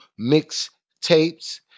mixtapes